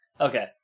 Okay